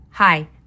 Hi